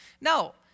no